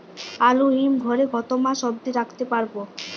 আলু হিম ঘরে কতো মাস অব্দি রাখতে পারবো?